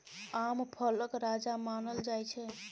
आम फलक राजा मानल जाइ छै